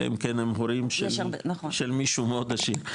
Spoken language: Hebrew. אלא אם כן הם הורים של מישהו מאוד עשיר.